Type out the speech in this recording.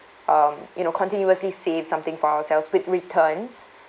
um you know continuously save something for ourselves with returns